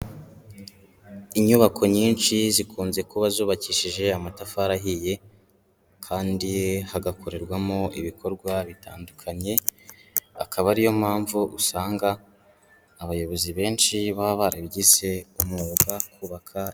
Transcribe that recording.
Inyubako nyinshi zikunze kuba zubakishije amatafari ahiye kandi hagakorerwamo ibikorwa bitandukanye, akaba ariyo mpamvu usanga abayobozi benshi baba barabigize umwuga kubaka...